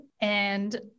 and-